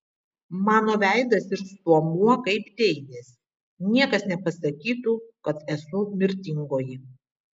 mano veidas ir stuomuo kaip deivės niekas nepasakytų kad esu mirtingoji